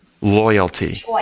loyalty